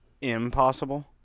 impossible